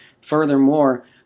Furthermore